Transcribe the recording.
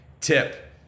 tip